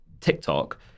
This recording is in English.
TikTok